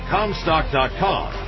Comstock.com